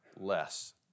less